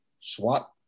SWAT